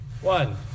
One